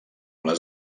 les